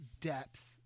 depth